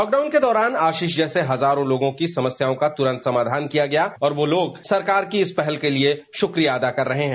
lock down के दौरान आशीष जैसे हजारों लोगों की समस्याओं का तुरंत समाधान किया गया और वो सरकार का इस पहल के लिए शुक्रिया अदा कर रहे हैं